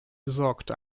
besorgt